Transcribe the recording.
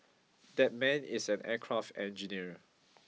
that man is an aircraft engineer